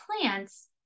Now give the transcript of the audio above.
plants